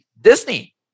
Disney